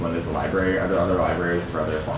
library. are there other libraries for other